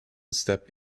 step